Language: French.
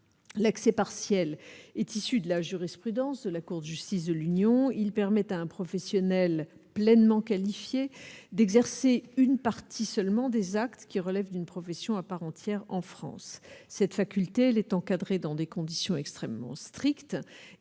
l'accès partiel est issu de la jurisprudence de la Cour de justice de l'Union, il permet à un professionnel pleinement qualifié d'exercer une partie seulement des actes qui relèvent d'une profession à part entière, en France, cette faculté, elle est encadrée dans des conditions extrêmement strictes